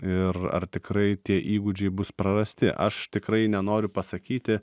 ir ar tikrai tie įgūdžiai bus prarasti aš tikrai nenoriu pasakyti